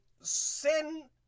Sin